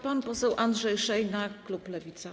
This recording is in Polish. Pan poseł Andrzej Szejna, klub Lewica.